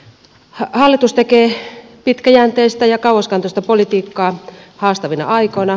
hallitus tekee pitkäjänteistä ja kauaskantoista politiikkaa haastavina aikoina